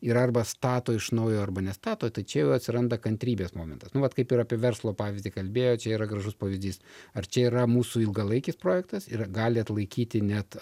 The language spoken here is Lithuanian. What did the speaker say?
ir arba stato iš naujo arba nestato tai čia jau atsiranda kantrybės momentas nu vat kaip ir apie verslo pavyzdį kalbėjo čia yra gražus pavyzdys ar čia yra mūsų ilgalaikis projektas ir gali atlaikyti net